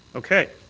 okay.